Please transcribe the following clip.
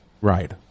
Right